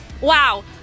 Wow